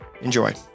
Enjoy